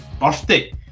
birthday